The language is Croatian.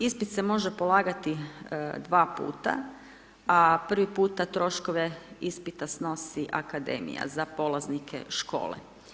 Ispit se može polagati dva puta, a prvi puta troškove ispita snosi Akademija za polaznike škole.